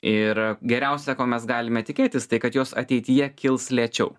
ir geriausia ko mes galime tikėtis tai kad jos ateityje kils lėčiau